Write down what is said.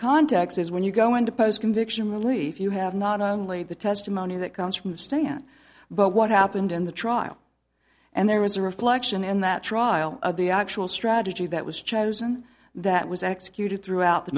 context is when you go into post conviction relief you have not only the testimony that comes from the stand but what happened in the trial and there is a reflection in that trial of the actual strategy that was chosen that was executed throughout the